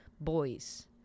Boys